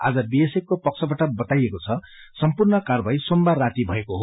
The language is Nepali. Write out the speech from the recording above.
आज बीएएफ को पक्षबाट बताईएको छ सम्पूर्ण कार्वाही सोमबार राति भएको हो